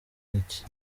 iki